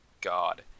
God